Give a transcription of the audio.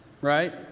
right